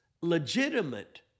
legitimate